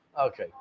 Okay